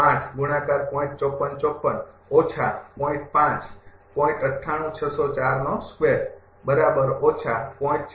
આ છે